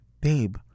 Babe